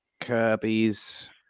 Kirby's